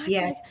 Yes